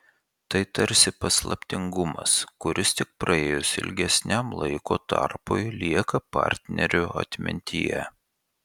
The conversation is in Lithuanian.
tai tarsi paslaptingumas kuris tik praėjus ilgesniam laiko tarpui lieka partnerių atmintyje